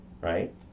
right